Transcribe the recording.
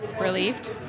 Relieved